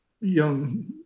young